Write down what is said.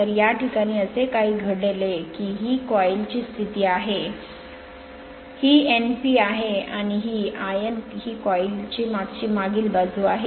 तर या प्रकरणात असे काय घडेल की ही कॉइल ची स्थिती आहे ही N p आहे आणि ही l N ही कॉईल ची मागील बाजू आहे